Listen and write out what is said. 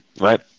right